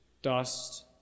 dust